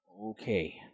Okay